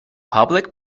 public